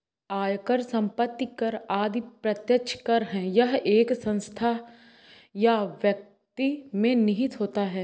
आयकर, संपत्ति कर आदि प्रत्यक्ष कर है यह एक संस्था या व्यक्ति में निहित होता है